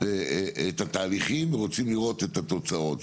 את התהליכים ורוצים לראות את התוצאות,